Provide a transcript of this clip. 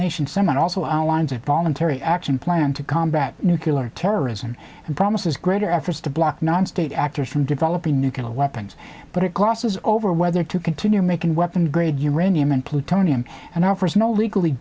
nations some are also outlines of voluntary action plan to combat nucular terrorism and promises greater efforts to block non state actors from developing nuclear weapons but it glosses over whether to continue making weapon grade uranium and plutonium and offers no legally